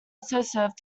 served